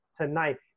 tonight